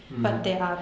mm